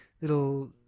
little